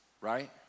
right